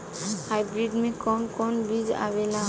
Hybrid में कोवन कोवन बीज आवेला?